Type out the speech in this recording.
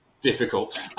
difficult